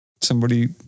Somebody-